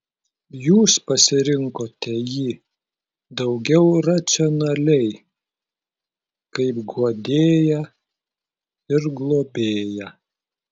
jūs pasirinkote jį daugiau racionaliai kaip guodėją ir globėją